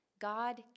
God